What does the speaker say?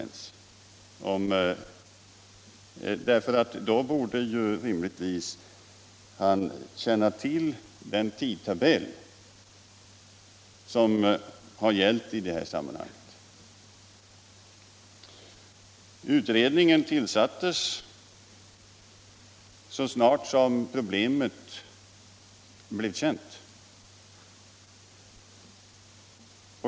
Om han hade gjort det borde han rimligtvis känna till den tidtabell som har gällt i detta sammanhang. Utredningen tillsattes så snart problemet blev känt.